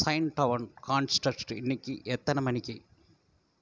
shine down concert இன்னிக்கு எத்தனை மணிக்கு